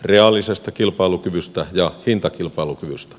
reaalisesta kilpailukyvystä ja hintakilpailukyvystä